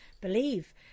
believe